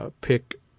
pick